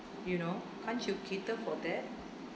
you know can't you cater for that